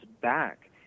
back